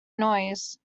noise